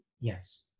Yes